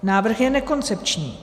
Návrh je nekoncepční.